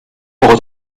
poco